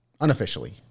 Unofficially